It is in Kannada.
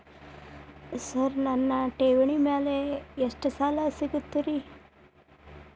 ಸರ್ ನನ್ನ ಠೇವಣಿ ಮೇಲೆ ಎಷ್ಟು ಸಾಲ ಸಿಗುತ್ತೆ ರೇ?